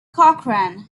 cochran